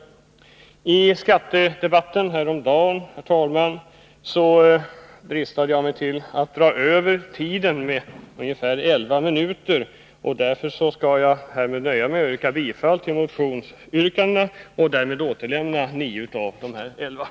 Herr talman! I skattedebatten häromdagen dristade jag mig till att dra över tiden med ca 11 minuter, därför skall jag härmed nöja mig med att yrka bifall till motionsyrkandena och därmed återlämna 9 av de 11 minuterna.